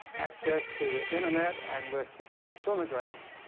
access to the internet and with the cheap sonograms,